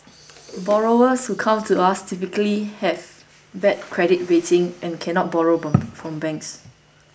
borrowers who come to us typically have bad credit rating and cannot borrow from banks